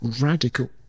radical